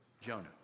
Jonah